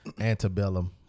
Antebellum